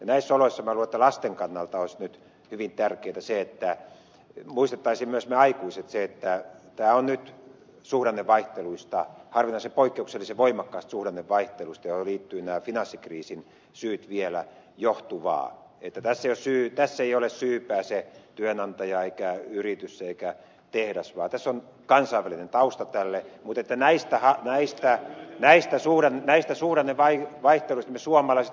näissä oloissa minä luulen että lasten kannalta olisi nyt hyvin tärkeätä että me aikuiset myös muistaisimme että tämä on nyt harvinaisen poikkeuksellisen voimakkaasta suhdannevaihtelusta johtuvaa johon liittyvät nämä finanssikriisin syyt vielä että tässä ei ole syypää se työnantaja eikä yritys eikä tehdas vaan tässä on kansainvälinen tausta tälle mutta näistä suhdannevaihteluista me suomalaiset selviämme